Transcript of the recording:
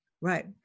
Right